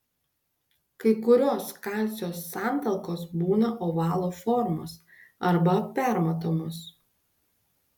kai kurios kalcio santalkos būna ovalo formos arba permatomos